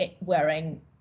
wearing